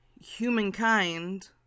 humankind